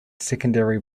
secondary